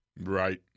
Right